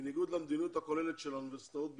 בניגוד למדיניות הכוללת של האוניברסיטאות בישראל,